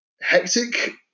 hectic